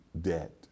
debt